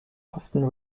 often